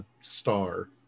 star